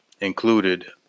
included